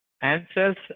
answers